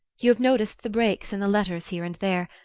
you have noticed the breaks in the letters here and there,